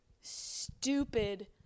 stupid